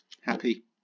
happy